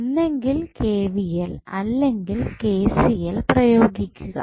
ഒന്നെങ്കിൽ KVL അല്ലെങ്കിൽ KCL പ്രയോഗിക്കുക